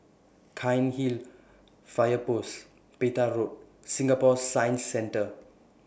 Cairnhill Fire Post Petir Road Singapore Science Centre